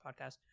podcast